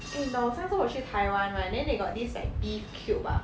eh 你懂我上次我去 taiwan right then they got this like beef cube ah